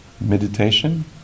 Meditation